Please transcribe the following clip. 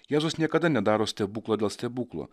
jėzus niekada nedaro stebuklo dėl stebuklo